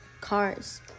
Cars